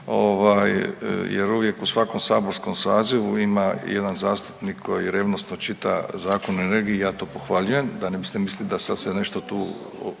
jer uvijek u svakom saborskom sazivu ima i jedan zastupnik koji revnosno čita Zakon o regiji i ja to pohvaljujem da ne biste mislili da sad se nešto tu